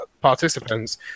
participants